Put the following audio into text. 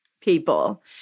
people